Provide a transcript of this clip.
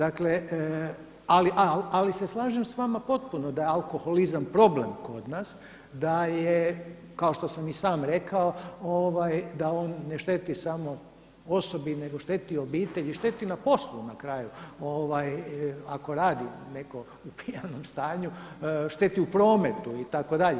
Ali se slažem s vama potpuno da je alkoholizam problem kod nas, da je kao što sam i sam rekao da on ne šteti samo osobi nego šteti obitelji, šteti na poslu na kraju ako radi netko u pijanom stanju, šteti u prometu itd.